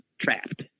trapped